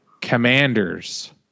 commanders